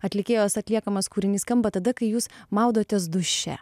atlikėjos atliekamas kūrinys skamba tada kai jūs maudotės duše